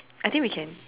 I think we can